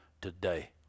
today